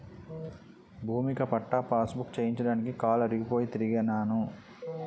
భూమిక పట్టా పాసుబుక్కు చేయించడానికి కాలు అరిగిపోయి తిరిగినాను